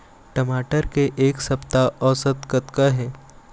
टमाटर के एक सप्ता औसत कतका हे?